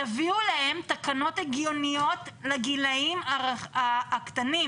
תביאו להם תקנות הגיוניות לגילאים הקטנים